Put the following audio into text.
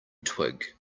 twig